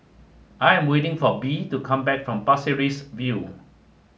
I am waiting for Bee to come back from Pasir Ris View